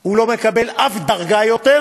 הוא לא מקבל אף דרגה יותר,